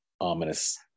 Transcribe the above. ominous